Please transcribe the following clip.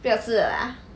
不要吃了啦